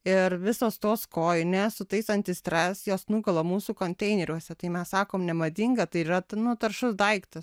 ir visos tos kojinės su tais anti stres jos nugula mūsų konteineriuose tai mes sakom nemadinga tai yra nu taršus daiktas